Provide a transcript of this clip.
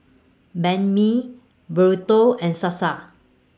Banh MI Burrito and Salsa